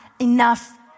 enough